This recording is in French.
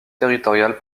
territoriales